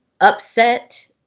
upset